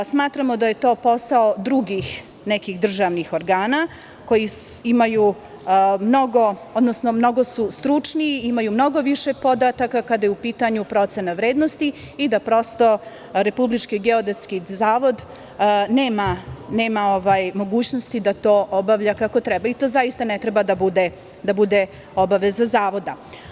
Smatramo da je to posao drugih nekih državnih organa, koji su mnogo stručniji, imaju mnogo više podataka kada je u pitanju procena vrednosti i da, prosto, RGZ nema mogućnosti da to obavlja kako treba i to zaista ne treba da bude obaveza Zavoda.